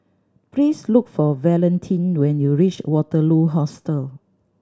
please look for Valentin when you reach Waterloo Hostel